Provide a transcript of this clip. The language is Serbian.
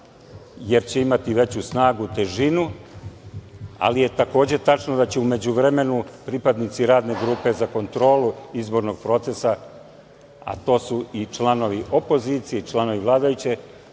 jer će imati veću snagu, težinu, ali je takođe tačno da će u međuvremenu pripadnici radne grupe za kontrolu izbornog procesa, a to su i članovi opozicije i članovi vladajućih